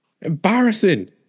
Embarrassing